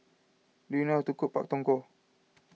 do you know how to cook Pak Thong Ko